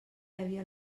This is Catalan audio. havia